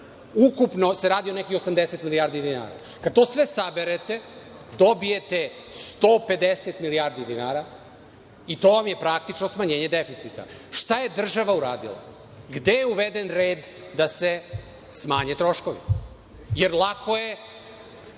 Ukupno se radi o nekih 80 milijardi dinara. Kada sve to saberete, dobijete 150 milijardi dinara i to vam je praktično smanjenje deficita. Šta je država uradila? Gde je uveden red da se smanje troškovi jer lako je